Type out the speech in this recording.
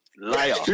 Liar